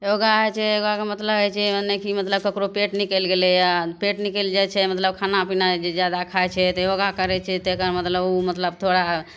योगा होइ छै योगाके मतलब होइ छै मने कि मतलब ककरो पेट निकलि गेलै यऽ आओर पेट निकलि जाए छै मतलब खाना पिना जे जादा खाइ छै तऽ योगा करै छै तऽ एकर मतलब ओ मतलब थोड़ा